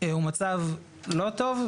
- הוא מצב לא טוב.